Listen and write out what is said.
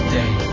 day